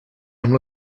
amb